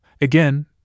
again